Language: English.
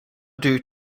due